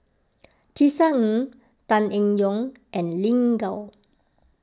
Tisa Ng Tan Eng Yoon and Lin Gao